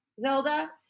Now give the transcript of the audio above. Zelda